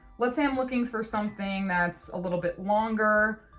let's say i'm looking for something that's a little bit longer,